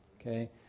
Okay